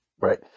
Right